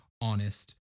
honest